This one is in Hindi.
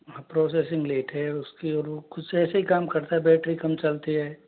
हाँ प्रोसेसिंग लेट है उसकी और वो कुछ ऐसे ही काम करता है बैटरी कम चलती है